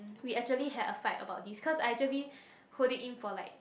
we actually had a fight about this because I actually hold it in for like